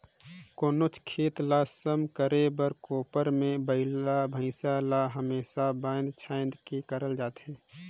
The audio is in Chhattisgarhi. कोनोच खेत ल सम करे बर कोपर मे बइला भइसा ल हमेसा बाएध छाएद के करल जाथे